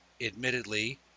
admittedly